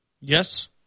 Yes